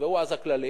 נקבעו אז הכללים.